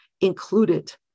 included